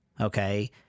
okay